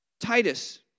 Titus